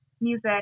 music